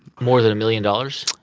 more than a million dollars?